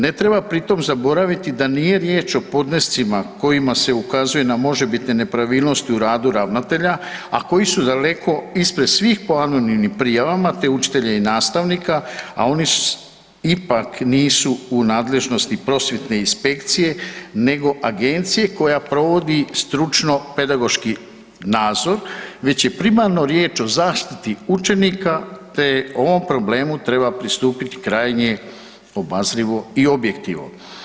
Ne treba pri tom zaboraviti da nije riječ o podnescima kojima se ukazuje na možebitne nepravilnosti u radu ravnatelja, a koji su daleko ispred svih po anonimnim prijavama, te učitelja i nastavnika, a oni ipak nisu u nadležnosti prosvjetne inspekcije nego agencije koja provodi stručno pedagoški nadzor, već je primarno riječ o zaštiti učenika, te ovom problemu treba pristupiti krajnje obazrivo i objektivno.